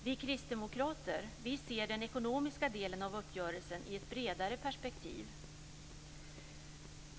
Vi kristdemokrater ser den ekonomiska delen av uppgörelsen i ett bredare perspektiv.